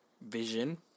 Vision